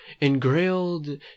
engrailed